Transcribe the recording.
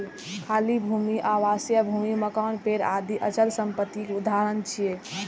खाली भूमि, आवासीय भूमि, मकान, पेड़ आदि अचल संपत्तिक उदाहरण छियै